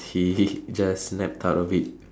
he he just snapped out of it